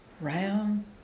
round